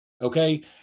Okay